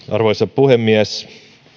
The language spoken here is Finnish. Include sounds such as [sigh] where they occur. [unintelligible] arvoisa puhemies